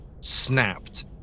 snapped